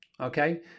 Okay